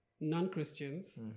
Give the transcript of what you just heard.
non-Christians